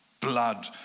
Blood